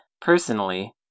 personally